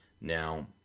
Now